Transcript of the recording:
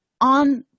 on